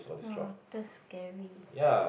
!wah! that's scary